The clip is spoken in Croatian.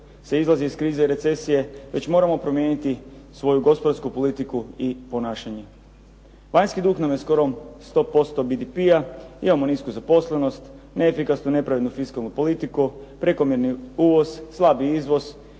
izlazi iz krize, recesije, već moramo promijeniti svoju gospodarsku politiku i ponašanje. Vanjski dug nam je skoro 100% BDP-a, imamo nisku zaposlenost, neefikasnu i nepravednu fiskalnu politiku, prekomjerni uvoz, slabi izvoz